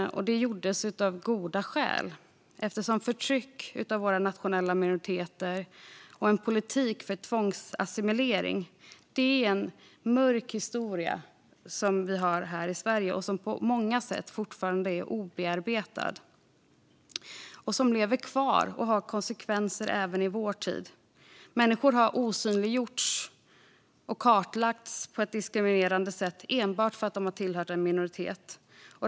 Detta gjordes av goda skäl. Förtryck av nationella minoriteter och en politik för tvångsassimilering är en mörk del av Sveriges historia som på många sätt fortfarande är obearbetad och som lever kvar och har konsekvenser även i vår tid. Människor har osynliggjorts och kartlagts på ett diskriminerande sätt enbart för att de tillhört en minoritet.